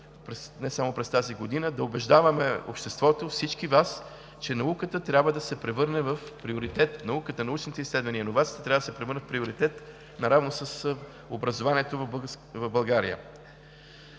не само през тази година, да убеждаваме обществото, всички Вас, че науката трябва да се превърне в приоритет. Науката, научните изследвания, иновациите трябва да се превърнат в приоритет наравно с образованието в България.